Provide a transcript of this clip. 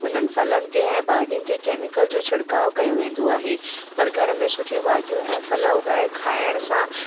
उन्हनि फलनि ते ऐं भाॼियुनि ते केमीकल जो छिड़काव कयो वेंदो आहे पर घर में सुठियूं भाॼियूं ऐं फल उगाए करे खाइण सां